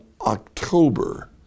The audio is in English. October